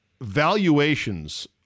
valuations